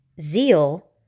zeal